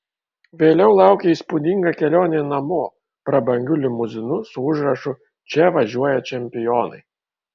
vėliau laukė įspūdinga kelionė namo prabangiu limuzinu su užrašu čia važiuoja čempionai